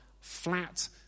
flat